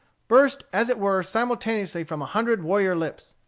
burst as it were simultaneously from a hundred warrior lips.